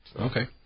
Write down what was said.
Okay